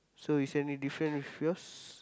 so is any different with yours